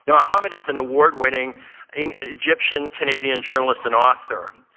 yeah mohamed is an award winning egyptian, canadian journalist and author.